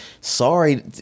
sorry